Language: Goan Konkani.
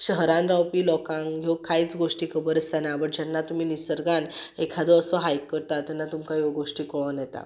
शहरान रावपी लोकांक ह्यो कांयच गोश्टी खबर आसाना बट जेन्ना तुमी निसर्गान एखादो असो हायक करता तेन्ना तुमकां ह्यो गोश्टी कोळोन येता